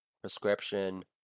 prescription